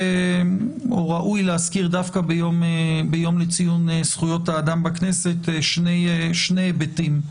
ראוי להזכיר דווקא ביום לציון זכויות האדם בכנסת שני היבטים: